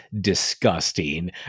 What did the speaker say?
disgusting